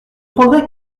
prendrai